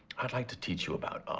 i'd like to teach you about